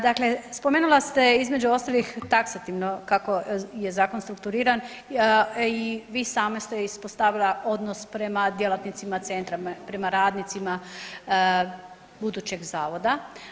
Dakle, spomenula ste, između ostalih, taksativno kako je zakon strukturiran i vi sama ste ispostavila odnos prema djelatnicima centra, prema radnicima budućeg zavoda.